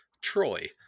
Troy